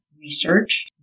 research